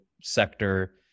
sector